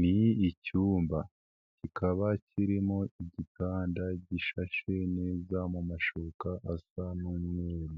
Ni icyumba kikaba kirimo igitanda gishashe neza mu mashuka asa n'umweru,